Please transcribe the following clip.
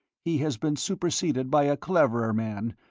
he has been superseded by a cleverer man,